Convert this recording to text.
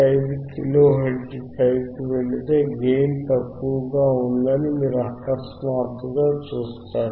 5 kilo hertz పైకి వెళితే gain తక్కువగా ఉంటుందని మీరు అకస్మాత్తుగా చూస్తారు